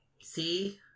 See